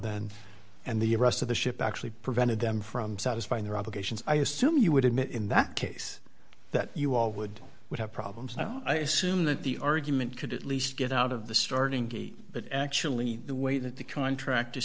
that and the rest of the ship actually prevented them from satisfying their obligations i assume you would admit in that case that you all would would have problems i assume that the argument could at least get out of the starting gate but actually the way that the contract